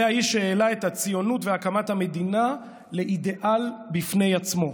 זה האיש שהעלה את הציונות והקמת המדינה לאידיאל בפני עצמו.